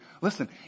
Listen